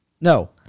No